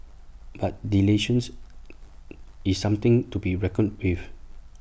but dilutions is something to be reckoned with